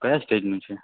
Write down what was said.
કયા સ્ટેજનું છે